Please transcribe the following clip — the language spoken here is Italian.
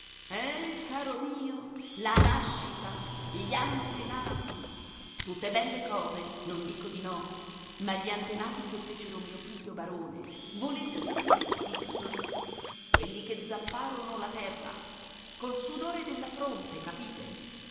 eh caro mio la nascita gli antenati tutte belle cose non dico di no ma gli antenati che fecero mio figlio barone volete sapere quali furono quelli che zapparono la terra col sudore della fronte capite